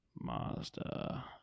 Mazda